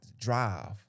drive